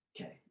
Okay